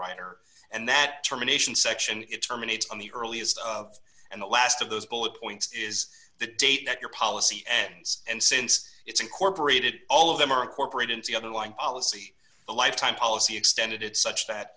writer and that terminations section it terminates on the earliest and the last of those bullet points is the date that your policy ends and since it's incorporated all of them are incorporated into the other one policy the lifetime policy extended it such that